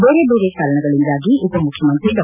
ಬೇರೆ ಬೇರೆ ಕಾರಣಗಳಂದಾಗಿ ಉಪ ಮುಖ್ಯಮಂತ್ರಿ ಡಾ